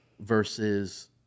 versus